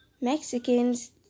Mexicans